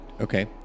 Okay